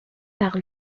par